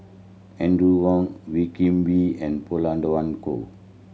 Audrey Wong Wee Kim Wee and Pauline Dawn Loh